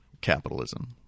capitalism